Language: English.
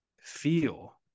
feel